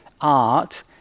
art